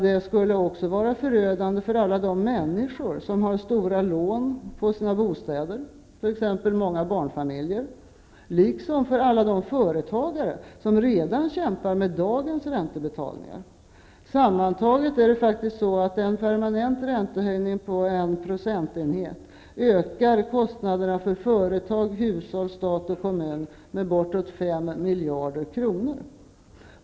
Det skulle också vara förödande för alla de människor som har stora lån på sina bostäder, t.ex. många barnfamiljer, liksom för alla de företagare som redan kämpar med dagens räntebetalningar. Sammantaget är det faktiskt så att en permanent räntehöjning med 1 procentenhet ökar kostnaderna för företag, hushåll, stat och kommun med bortåt 5 miljarder kronor.